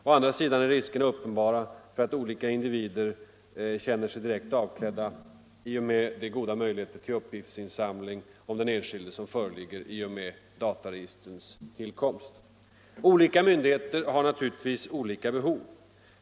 Å andra sidan är riskerna uppenbara för att olika individer känner sig direkt avklädda i och med de goda möjligheter till uppgiftsinsamling om den enskilde som föreligger efter dataregistrens tillkomst. Olika myndigheter har naturligtvis olika behov.